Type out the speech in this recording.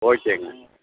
ஓகேங்க